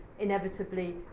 inevitably